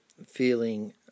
feeling